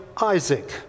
Isaac